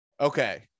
Okay